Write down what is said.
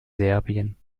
serbien